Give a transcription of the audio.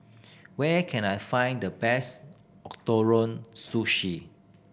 where can I find the best Ootoro Sushi